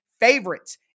favorites